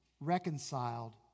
reconciled